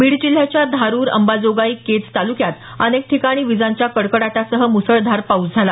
बीड जिल्ह्याच्या धारुर अंबाजोगाई केज तालुक्यात अनेक ठिकाणी विजांच्या कडकडाटासह मुसळधार पाऊस झाला